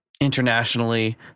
internationally